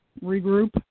regroup